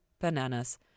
bananas